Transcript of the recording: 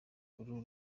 uru